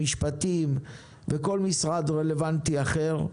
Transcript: משפטים וכל משרד רלוונטי אחר.